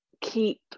keep